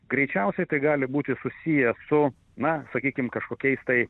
greičiausiai tai gali būti susiję su na sakykim kažkokiais tai